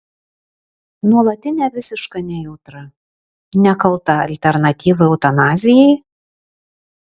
nuolatinė visiška nejautra nekalta alternatyva eutanazijai